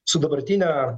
su dabartine